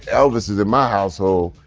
elvis is in my household,